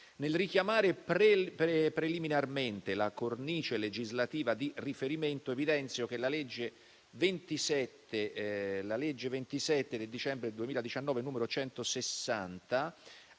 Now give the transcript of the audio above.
Nel richiamare preliminarmente la cornice legislativa di riferimento, evidenzio che la legge del 27 dicembre 2019, n. 160,